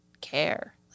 care